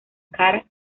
karl